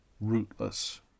rootless